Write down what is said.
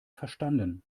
verstanden